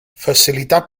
facilitar